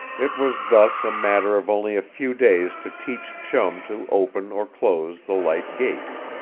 it was thus a matter of only a few days to teach chum to open or close the light gates.